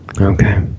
Okay